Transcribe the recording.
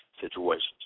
situations